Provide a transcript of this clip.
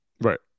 Right